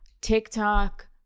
TikTok